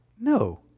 No